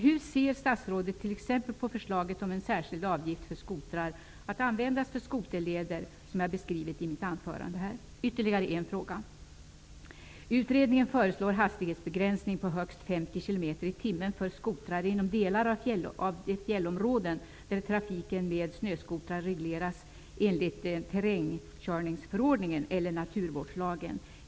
Hur ser statsrådet på t.ex. förslaget om en särskild avgift för skotrar, att användas för skoterleder, som jag beskrivit i mitt anförande? Ytterligare en fråga. Utredningen föreslår hastighetsbegränsning till högst 50 km/tim. för skotrar inom delar av fjällområden där trafiken med snöskotrar regleras enligt terrängkörningsförordningen eller naturvårdslagen.